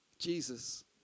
Jesus